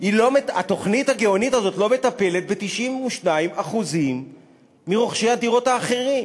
התוכנית הגאונית הזאת לא מטפלת ב-92% מרוכשי הדירות האחרים,